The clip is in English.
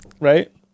right